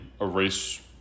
erase